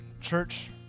church